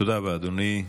תודה רבה, אדוני.